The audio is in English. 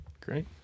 Great